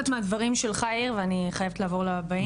אני לוקחת מהדברים שלך יאיר ואני חייבת לעבור לבאים,